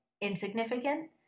insignificant